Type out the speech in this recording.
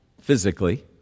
physically